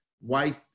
white